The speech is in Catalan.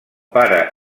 pare